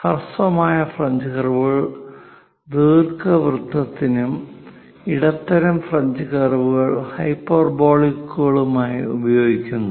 ഹ്രസ്വമായ ഫ്രഞ്ച് കർവുകൾ ദീർഘവൃത്തത്തിനും ഇടത്തരം ഫ്രഞ്ച് കർവുകൾ ഹൈപ്പർബോളകൾക്കുമായി ഉപയോഗിക്കുന്നു